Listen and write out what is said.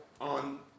on